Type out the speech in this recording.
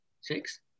six